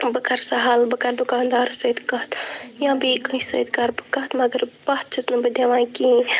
بہٕ کَرٕ سہل بہٕ کَرٕ دُکاندارَس سۭتۍ کَتھ یا بیٚیہِ کانٛسہِ سۭتۍ کَرٕ بہٕ کَتھ مگر پَتھ چھَس نہٕ بہٕ دِوان کِہیٖنۍ